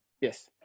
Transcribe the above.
Yes